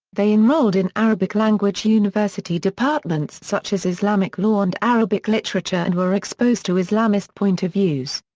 they enrolled in arabic-language university departments such as islamic law and arabic literature and were exposed to islamist point of views.